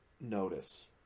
notice